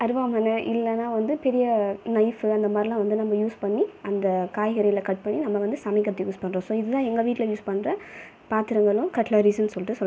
அரிவாமணை இல்லைன்னா வந்து பெரிய நைஃப்பு அந்த மாதிரிலாம் வந்து நம்ம யூஸ் பண்ணி அந்த காய்கறிகளை கட் பண்ணி நம்ம வந்து சமைக்கிறதுக்கு யூஸ் பண்ணுறோம் ஸோ இதுதான் எங்கள் வீட்டில் யூஸ் பண்ணுற பாத்திரங்களும் கட்லரிஸ்னு சொல்லிட்டு சொல்